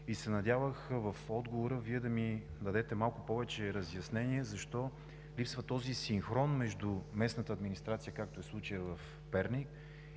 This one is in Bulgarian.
Надявах се в отговора Ви да ми дадете малко повече разяснения защо липсва този синхрон между местната администрация, както е случаят в Перник,